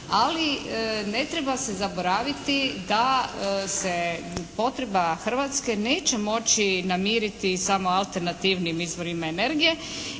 ali ne treba se zaboraviti da se potreba Hrvatske neće moći namiriti samo alternativnim izvorima energije